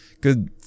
good